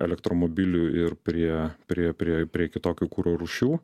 elektromobilių ir prie prie prie prie kitokių kuro rūšių